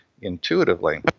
intuitively